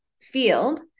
field